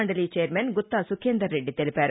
Mandali chairman Gutta సుఖేందర్రెద్ది తెలిపారు